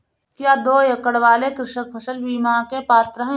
क्या दो एकड़ वाले कृषक फसल बीमा के पात्र हैं?